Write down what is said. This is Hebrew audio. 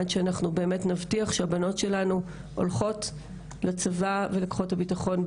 עד שאנחנו ככה באמת נבטיח שהבנות שלנו הולכות לצבא ולכוחות הביטחון.